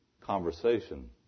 conversation